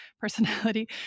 personality